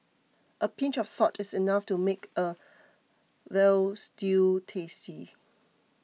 a pinch of salt is enough to make a Veal Stew tasty